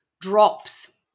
drops